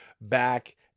back